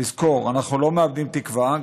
תזכור, אנחנו לא מאבדים תקווה.